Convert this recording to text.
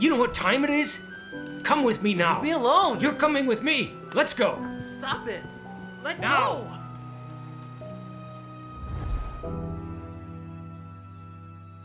you know what time it is come with me now be alone you're coming with me let's go something like no